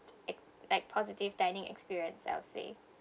like positive dining experience I would say